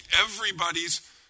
everybody's